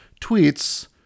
tweets